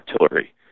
artillery